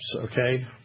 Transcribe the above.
okay